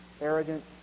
arrogant